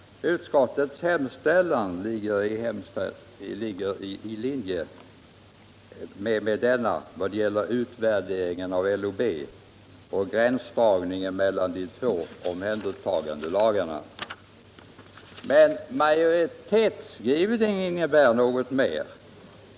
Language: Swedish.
Utskottets hemställan ligger i linje med den vad gäller utvärdering av LOB och gränsdragningen mellan de två omhändertagandelagarna. Men majoritetsskrivningen innebär något mer.